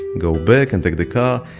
go back, and take the car.